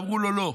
ואמרו לו לא.